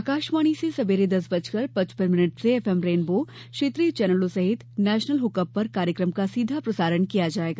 आकाशवाणी से सवेरे दस बजकर पचपन मिनट से एफ एम रेनबो और क्षेत्रीय चैनलों सहित नेशनल हकअप पर कार्यक्रम का सीधा प्रसारण किया जाएगा